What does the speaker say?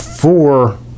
four